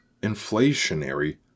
inflationary